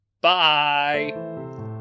bye